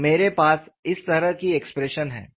तो मेरे पास इस तरह की एक्सप्रेशन है